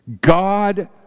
God